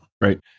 Right